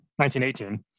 1918